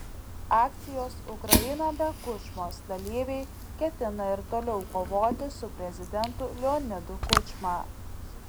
akcijos ukraina be kučmos dalyviai ketina ir toliau kovoti su prezidentu leonidu kučma